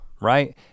right